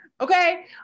Okay